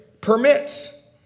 permits